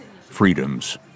freedom's